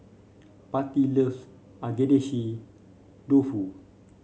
Patti loves Agedashi Dofu